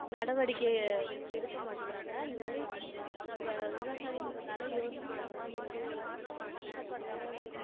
நடவடிக்கை எடுக்க மாட்டேகுறாங்க இந்தமாதிரி நம்ப விவசாயின்றதாலே யோசிக்கிறாங்க அந்தமாதிரி கஷ்டப்படறவுங்க